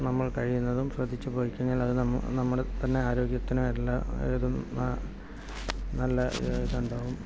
നമ്മൾ കഴിയുന്നതും ശ്രദ്ധിച്ചു പോയി കഴിഞ്ഞാൽ അത് നമ്മൾ നമ്മുടെ തന്നെ ആരോഗ്യത്തിനും എല്ലാം നല്ല ഇതുണ്ടാകും